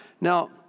Now